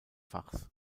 fachs